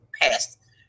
past